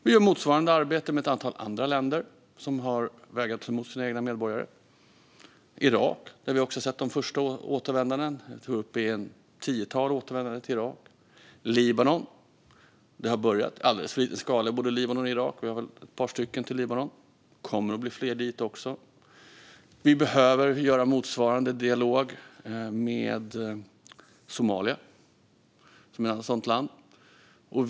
Vi gör motsvarande arbete med ett antal andra länder som vägrat ta emot sina egna medborgare. Vi har sett de första återvändandena till Irak. Jag tror att vi är uppe i ett tiotal återvändanden till Irak. Till Libanon har det börjat. Det är i alldeles för liten skala i både Libanon och Irak. Det är väl ett par stycken till Libanon, men det kommer att bli fler dit också. Vi behöver ha motsvarande dialog med Somalia, som är ett annat sådant land.